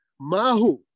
Mahu